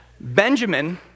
Benjamin